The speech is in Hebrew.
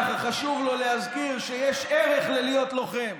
ככה, חשוב לו להזכיר שיש ערך ללהיות לוחם.